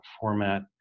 format